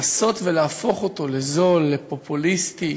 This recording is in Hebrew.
לנסות ולהפוך אותו לזול, לפופוליסטי,